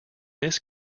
this